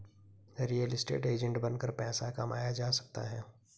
real estate agent बनकर पैसा कमाया जा सकता है